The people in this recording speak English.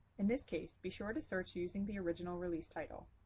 in this case, be sure to search using the original release title.